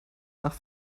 nach